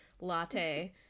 latte